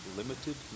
limited